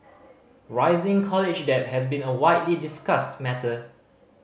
rising college debt has been a widely discussed matter